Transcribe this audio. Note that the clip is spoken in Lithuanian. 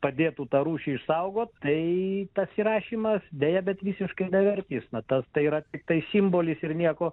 padėtų tą rūšį išsaugot tai tas įrašymas deja bet visiškai bevertis na tas tai yra tiktai simbolis ir nieko